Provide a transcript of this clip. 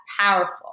powerful